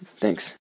thanks